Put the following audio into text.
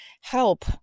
Help